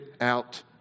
out